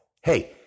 Hey